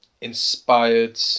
inspired